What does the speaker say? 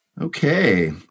Okay